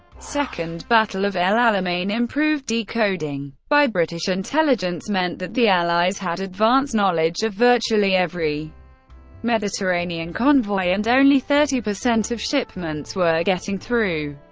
second battle of el alamein improved decoding by british intelligence meant that the allies had advance knowledge virtually every mediterranean convoy, and only thirty per cent of shipments were getting through.